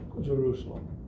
Jerusalem